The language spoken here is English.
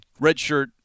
redshirt